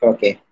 Okay